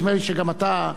נדמה לי שגם אתה,